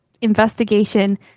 investigation